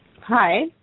Hi